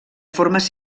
formes